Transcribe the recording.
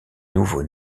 nouveau